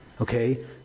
Okay